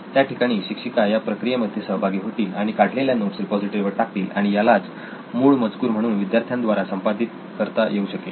त्याठिकाणी शिक्षिका या प्रक्रिये मध्ये सहभागी होतील आणि काढलेल्या नोट्स रिपॉझिटरी वर टाकतील आणि यालाच मूळ मजकूर म्हणून विद्यार्थ्यांद्वारा संपादित करता येऊ शकेल